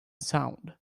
sound